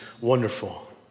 wonderful